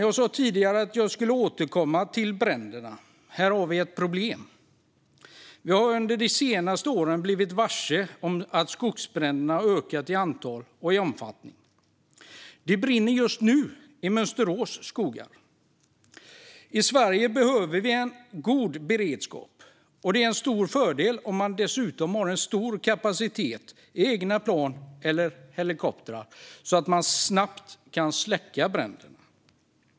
Jag sa tidigare att jag skulle återkomma till bränderna. Här har vi ett problem. Vi har under de senaste åren blivit varse att skogsbränderna har ökat i antal och omfattning, och det brinner just nu i Mönsterås skogar. I Sverige behöver vi ha en god beredskap, och det vore en stor fördel om man dessutom hade stor kapacitet i form av egna plan eller helikoptrar så att man snabbt kan släcka bränderna.